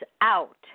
out